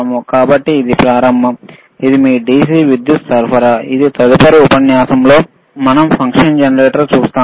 కాబట్టి ఇది ప్రారంభం ఇది మీ DC విద్యుత్ సరఫరా మరియు తదుపరి ఉపన్యాసంలో మనం ఫంక్షన్ జెనరేటర్ చూస్తాము